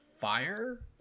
fire